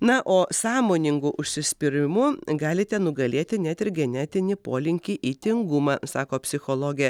na o sąmoningu užsispyrimu galite nugalėti net ir genetinį polinkį į tingumą sako psichologė